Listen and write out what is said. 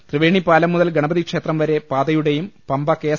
ത്രിവേണി പാലം മുതൽ ഗണപതിക്ഷേത്രം വരെ പാതയുടെയും പമ്പ കെഎസ്